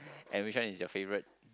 and which one is your favourite